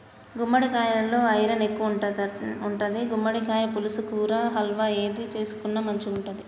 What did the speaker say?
గుమ్మడికాలలో ఐరన్ ఎక్కువుంటది, గుమ్మడికాయ పులుసు, కూర, హల్వా ఏది చేసుకున్న మంచిగుంటది